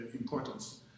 importance